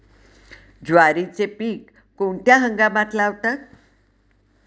ज्वारीचे पीक कोणत्या हंगामात लावतात?